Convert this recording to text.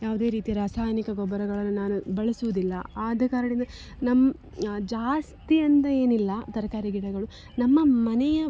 ಯಾವುದೇ ರೀತಿಯ ರಾಸಾಯನಿಕ ಗೊಬ್ಬರಗಳನ್ನು ನಾನು ಬಳಸುವುದಿಲ್ಲ ಆದ ಕಾರಣ ನಮ್ಮ ಜಾಸ್ತಿ ಅಂದರೆ ಏನಿಲ್ಲ ತರಕಾರಿ ಗಿಡಗಳು ನಮ್ಮ ಮನೆಯ